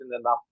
enough